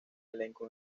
elenco